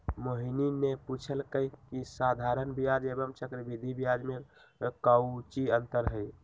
मोहिनी ने पूछल कई की साधारण ब्याज एवं चक्रवृद्धि ब्याज में काऊची अंतर हई?